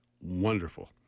wonderful